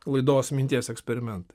laidos minties eksperimentai